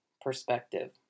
perspective